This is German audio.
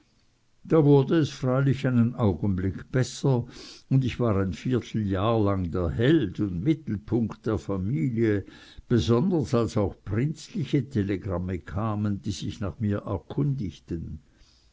da wurd es freilich einen augenblick besser und ich war ein vierteljahr lang der held und mittelpunkt der familie besonders als auch prinzliche telegramme kamen die sich nach mir erkundigten